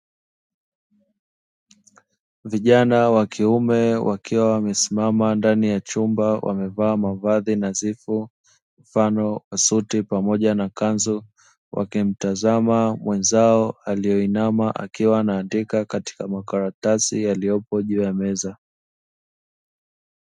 Vijana wa kiume wakiwa wamesimama ndani ya chumba wamevaa mavazi nadhifu mfano wa suti pamoja na kanzu, wakimtazama mwenzao alioinama akiwa ana andika katika makaratasi yaliopo juu ya meza.